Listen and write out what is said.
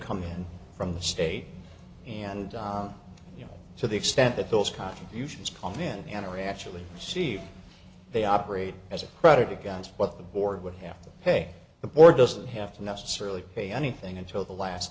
come in from the state and you know to the extent that those contributions kamen and i actually see they operate as a credit account but the board would have to pay the board doesn't have to necessarily pay anything until the last